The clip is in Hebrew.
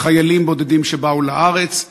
חיילים בודדים שבאו לארץ,